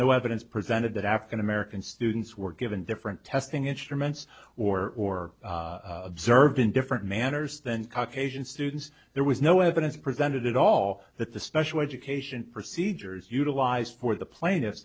no evidence presented that african american students were given different testing instruments or observed in different manners than caucasian students there was no evidence presented at all that the special education procedures utilized for the pla